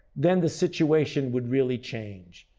then the situation would really change.